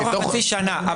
בתוך החצי שנה.